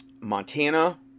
montana